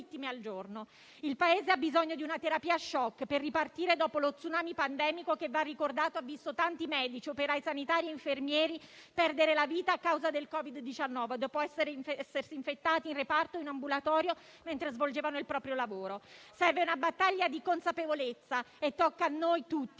Il Paese ha bisogno di una terapia *shock* per ripartire dopo lo tsunami pandemico che, va ricordato, ha visto tanti medici, operai sanitari e infermieri perdere la vita a causa del Covid-19, dopo essersi infettati in reparto o in ambulatorio mentre svolgevano il proprio lavoro. Serve una battaglia di consapevolezza e tocca a noi tutti,